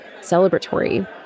celebratory